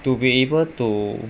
to be able to